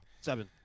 Seven